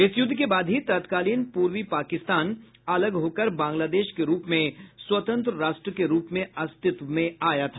इस युद्ध के बाद ही तत्कालीन पूर्वी पाकिस्तान अलग होकर बांग्लादेश के रूप में स्वतंत्र राष्ट्र के रूप में अस्तित्व में आया था